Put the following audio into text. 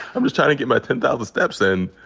i'm just trying to get my ten thousand steps in,